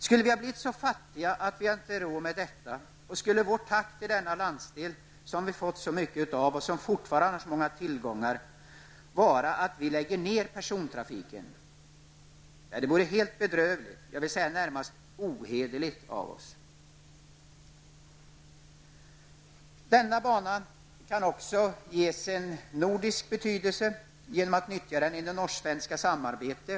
Skulle vi ha blivit så fattiga att vi inte har råd med detta, och skulle vårt tack till denna landsdel, som vi fått så mycket av och som fortfarande har så många tillgångar, vara att vi lägger ned persontrafiken -- ja, det vore helt bedrövligt, och jag vill säga närmast ohederligt av oss. Denna bana kan vi också ge en nordisk betydelse genom att nyttja den i norsk-svenskt samarbete.